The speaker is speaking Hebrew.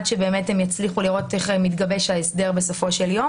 האם אפשר לבצע השוואה מול תקופות